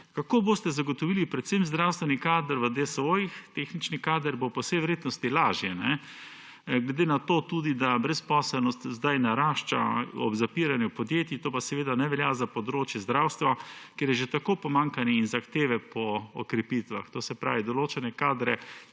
Kako boste zagotovili predvsem zdravstveni kader v DSO-jih? Tehnični kader bo po vsej verjetnosti lažje tudi glede na to, da brezposelnost sedaj narašča ob zapiranju podjetij. To pa seveda ne velja za področje zdravstva, kjer je že tako pomanjkanje in zahteve po okrepitvah. To se pravi, določene kadre,